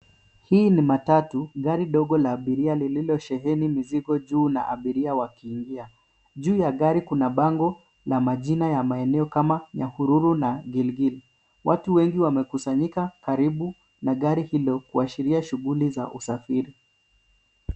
Hii ni matatu, gari dogo la abiria lililosheheni mizigo juu na abiria wakiingia. Juu ya gari kuna bango na majina ya maeneo kama Nyahururu na Gilgil. Watu wengi wamekusanyika karibu na gari hilo, kuashiria shughuli za usafiri.